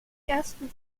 ersten